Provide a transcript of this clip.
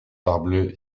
parbleu